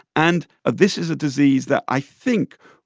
and this is a disease that, i think,